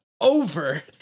over